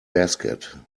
basket